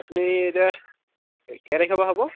আপুনি এতিয়া কেই তাৰিখৰ পৰা হ'ব